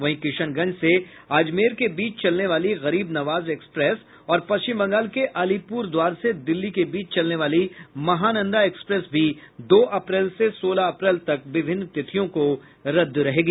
वहीं किशनगंज से अजमेर के बीच चलने वाली गरीब नवाज एक्सप्रेस और पश्चिम बंगाल के अलीपुरद्वार से दिल्ली के बीच चलने वाली महानंदा एक्सप्रेस भी दो अप्रैल से सोलह अप्रैल तक विभिन्न तिथियों को रद्द रहेगी